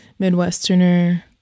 midwesterner